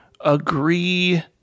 agree